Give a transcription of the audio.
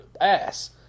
ass